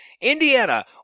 Indiana